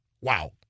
Wow